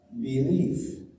belief